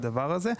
לגבי הדבר הזה.